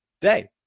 day